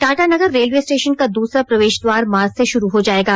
Tatanagar railway station का दूसरा प्रवेश द्वारा मार्च से शुरू हो जायेगा